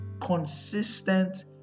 consistent